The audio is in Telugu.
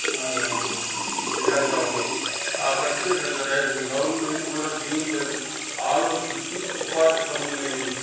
ఇదంటా ఉన్నాం కాబట్టి గవర్నమెంటు కూడా దీన్ని ఆలోచించి ఉపాధి పనుల్ని